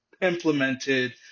implemented